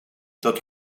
dat